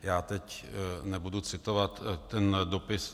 Já teď nebudu citovat ten dopis...